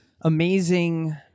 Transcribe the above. amazing